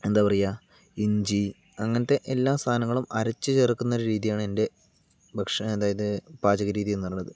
എന്താ പറയുക ഇഞ്ചി അങ്ങനത്തെ എല്ലാ സാധനങ്ങളും അരച്ച് ചേർക്കുന്ന ഒരു രീതിയാണ് എൻ്റെ ഭക്ഷ അതായത് പാചകരീതി എന്ന് പറയുന്നത്